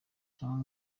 cyangwa